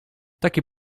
takie